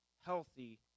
Healthy